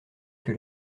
que